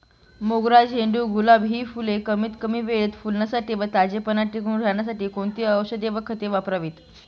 मोगरा, झेंडू, गुलाब हि फूले कमीत कमी वेळेत फुलण्यासाठी व ताजेपणा टिकून राहण्यासाठी कोणती औषधे व खते वापरावीत?